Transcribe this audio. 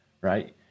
right